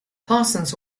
parsons